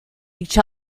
each